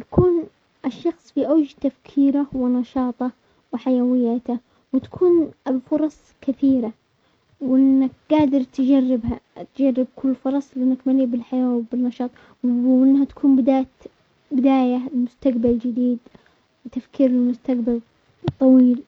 يكون الشخص في اوج تفكيره ونشاطه وحيويته، وتكون الفرص كثيرة وانك تجربها - تجرب كل فرص لانك مليئة بالحياة وبالنشاط وانها تكون بداية-بداية لمستقبل جديد وتفكير لمستقبل الطويل.